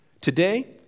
Today